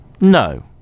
No